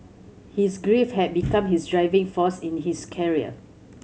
his grief had become his driving force in his carrier